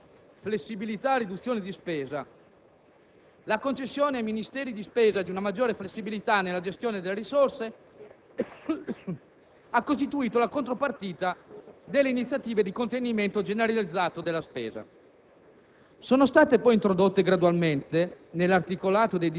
L'emersione di un binomio flessibilità-riduzione di spesa e la concessione ai Ministeri di spesa di una maggiore flessibilità nella gestione delle risorse hanno costituito la contropartita delle iniziative di contenimento generalizzato della spesa.